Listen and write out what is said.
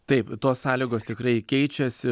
taip tos sąlygos tikrai keičiasi